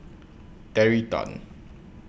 Terry Tan